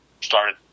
started